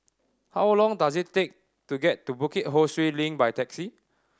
how long does it take to get to Bukit Ho Swee Link by taxi